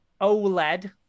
OLED